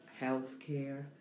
healthcare